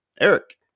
Eric